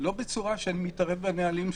לא בצורה של התערבות בנהלים שלו,